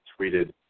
tweeted